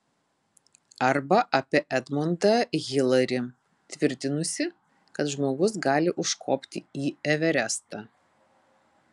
arba apie edmondą hilarį tvirtinusį kad žmogus gali užkopti į everestą